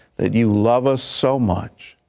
that you love us so much,